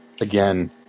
Again